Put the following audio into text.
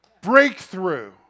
Breakthrough